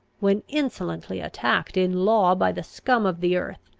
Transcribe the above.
when insolently attacked in law by the scum of the earth,